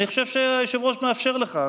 אני חושב שהיושב-ראש מאפשר לך.